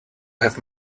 have